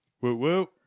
Woo-woo